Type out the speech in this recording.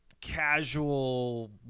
casual